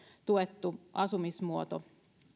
tuettu asumismuoto